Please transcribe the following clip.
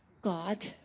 God